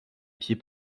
pieds